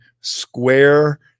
square